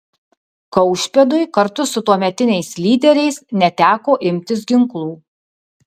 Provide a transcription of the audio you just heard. kaušpėdui kartu su tuometiniais lyderiais neteko imtis ginklų